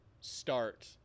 start